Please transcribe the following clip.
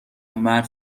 مرد